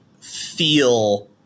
feel